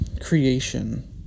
creation